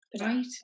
Right